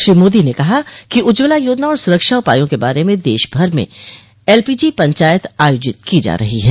श्री मोदी ने कहा कि उज्ज्वला योजना और सुरक्षा उपाया के बारे में देश भर में एलपीजी पंचायत आयोजित की जा रही हैं